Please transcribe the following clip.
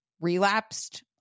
relapsed